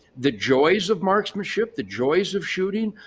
the joys of marksmanship, the joys of shooting,